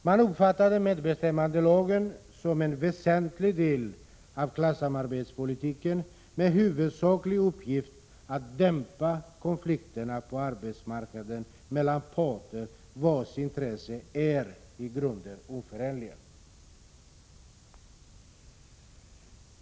Man uppfattade medbestämmandelagen som en väsentlig del av klassamarbetspolitiken, med huvudsaklig uppgift att dämpa konflikter på arbetsmarknaden mellan parter vars intressen är i grunden oförenliga.